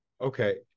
okay